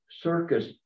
circus